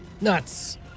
Nuts